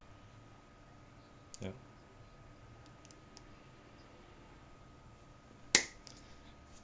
ya